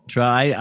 Try